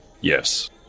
Yes